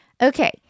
Okay